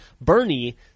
Bernie